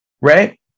Right